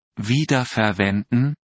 Wiederverwenden